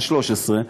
זה 13,